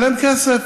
שלם כסף,